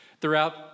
throughout